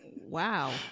wow